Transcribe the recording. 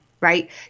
right